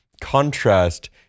contrast